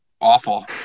Awful